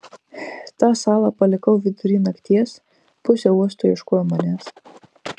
tą salą palikau vidury nakties pusė uosto ieškojo manęs